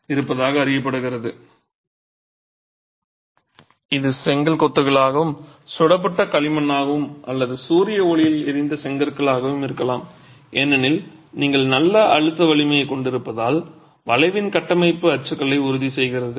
கொத்து வளைவுகள் வடிவில் பரவலாகப் பயன்படுத்தப்படுகிறது இது செங்கல் கொத்துகளாகவும் சுடப்பட்ட களிமண்ணாகவும் அல்லது சூரிய ஒளியில் எரிந்த செங்கற்களாகவும் இருக்கலாம் ஏனெனில் நீங்கள் நல்ல அழுத்த வலிமையைக் கொண்டிருப்பதால் வளைவின் கட்டமைப்பு அச்சுக்கலை உறுதி செய்கிறது